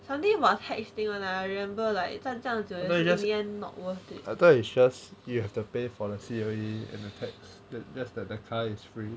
talking about tags thing [one] ah I remember like 站这样久的时间 not worth it